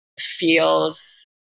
feels